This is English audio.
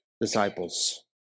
disciples